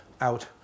out